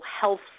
health